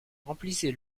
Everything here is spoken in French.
remplissez